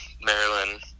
Maryland